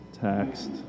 text